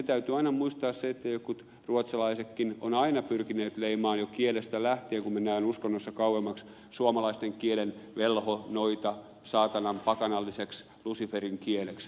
täytyy aina muistaa se että jotkut ruotsalaisetkin ovat aina pyrkineet leimaamaan jo kielestä lähtien kun mennään uskonnossa kauemmaksi suomalaisten kielen velho noitakieleksi saatanan pakanalliseksi luciferin kieleksi